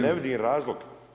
Ne vidim razlog